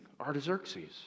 Artaxerxes